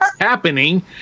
happening